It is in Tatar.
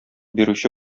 бирүче